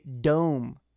dome